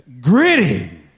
gritty